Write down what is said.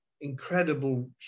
incredible